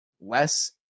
less